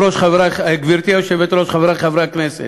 גברתי היושבת-ראש, חברי חברי הכנסת,